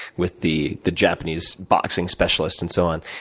with the the japanese boxing specialist, and so on,